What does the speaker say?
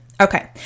Okay